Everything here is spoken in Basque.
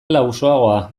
lausoagoa